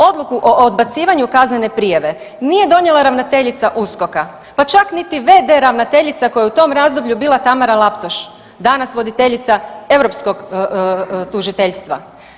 Odluku o odbacivanju kaznene prijave, nije donijela ravnateljica USKOK-a, pa čak niti v.d. ravnateljica koja je u tom razdoblju bila Tamara Laptoš, danas voditeljica europskog tužiteljstva.